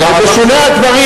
בשולי הדברים,